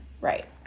Right